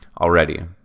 already